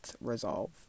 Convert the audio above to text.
resolve